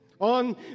on